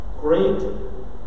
Great